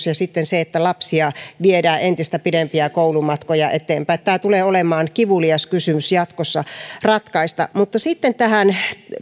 ja sitten se että lapsia viedään entistä pidempiä koulumatkoja eteenpäin tämä tulee olemaan kivulias kysymys jatkossa ratkaista mutta sitten tähän